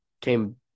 came